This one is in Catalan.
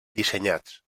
dissenyats